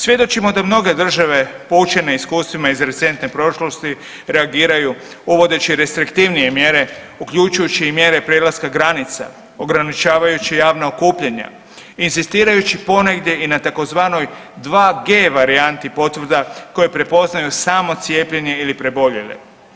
Svjedočimo da mnoge države poučene iskustvima iz recentne prošlosti reagiraju uvodeći restriktivnije mjere uključujući i mjere prelaska granica, ograničavajući javna okupljanja, inzistirajući ponegdje i na tzv. 2G varijanti potvrda koje prepoznaju samo cijepljene ili preboljele.